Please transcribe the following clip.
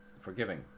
forgiving